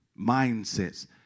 mindsets